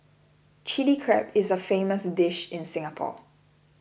Chilli Crab is a famous dish in Singapore